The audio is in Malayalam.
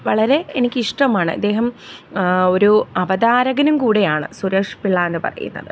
വളരെ എനിക്കിഷ്ടമാണ് ഇദ്ദേഹം ഒരു അവതാരകനും കൂടെ ആണ് സുരേഷ് പിള്ള എന്ന് പറയുന്നത്